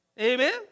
Amen